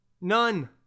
none